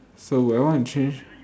so will I want to change